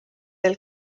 del